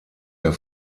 der